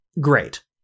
great